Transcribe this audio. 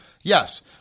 yes